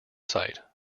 site